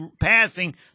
passing